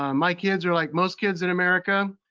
um my kids are like most kids in america,